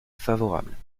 favorable